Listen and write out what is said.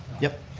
yep.